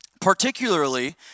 particularly